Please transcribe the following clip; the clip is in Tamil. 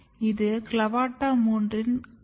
இது CLAVATA 3 இன் கலப்பாகும்